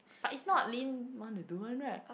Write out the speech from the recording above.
but it's not lin want to do one right